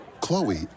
Chloe